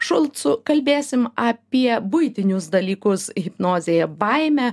šulcu kalbėsim apie buitinius dalykus hipnozėje baimę